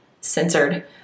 censored